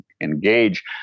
engage